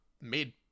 made